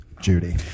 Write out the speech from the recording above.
Judy